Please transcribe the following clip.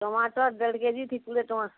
ଟମାଟର୍ ଦେଢ଼୍ କେଜିକେ କୋଡ଼ିଏ ଟଙ୍କା